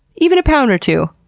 even a pound or two,